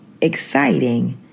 exciting